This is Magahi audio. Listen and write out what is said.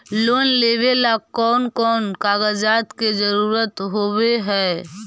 लोन लेबे ला कौन कौन कागजात के जरुरत होबे है?